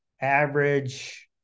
average